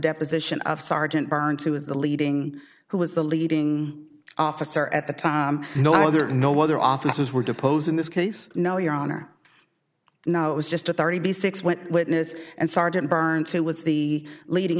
deposition of sergeant burns who is the leading who was the leading officer at the time you know there are no other officers were deposed in this case no your honor no it was just a thirty six when witness and sergeant burns who was the leading